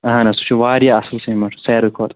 اَہَن حظ سُہ چھُ واریاہ اَصٕل سیٖمینٛٹ سارِوٕے کھۅتہٕ